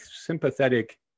sympathetic